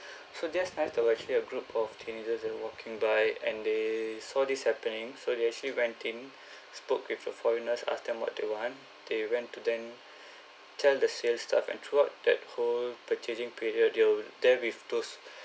so just nice there were actually a group of teenagers that are walking by and they saw this happening so they actually went in spoke with the foreigners ask them what they want they went to then tell the sales stuff and throughout that whole purchasing period they were there with those